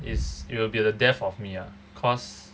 is it will be the death of me ah cause